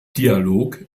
dialog